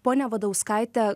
ponia vadauskaite